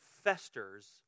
festers